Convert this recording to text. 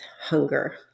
hunger